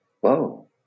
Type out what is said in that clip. whoa